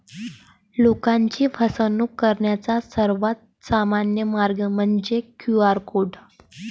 लोकांची फसवणूक करण्याचा सर्वात सामान्य मार्ग म्हणजे क्यू.आर कोड